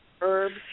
herbs